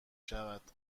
شود